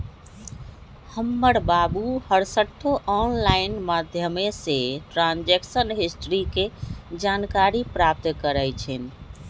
हमर बाबू हरसठ्ठो ऑनलाइन माध्यमें से ट्रांजैक्शन हिस्ट्री के जानकारी प्राप्त करइ छिन्ह